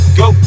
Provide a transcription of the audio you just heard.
go